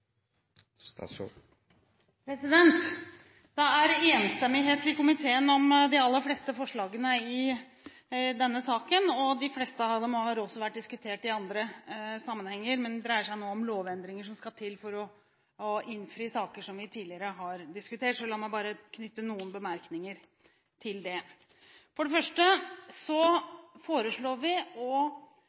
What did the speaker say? ut. Det er enstemmighet i komiteen om de aller fleste forslagene i denne saken, og de fleste av dem har også vært diskutert i andre sammenhenger, men dreier seg nå om lovendringer som skal til for å innfri saker som vi tidligere har diskutert. Så la meg bare knytte noen bemerkninger til det. For det første foreslår vi